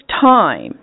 time